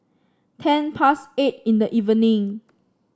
ten past eight in the evening